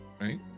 Right